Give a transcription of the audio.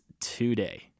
today